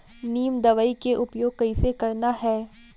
नीम दवई के उपयोग कइसे करना है?